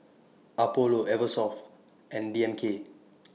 Apollo Eversoft and D M K